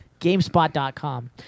GameSpot.com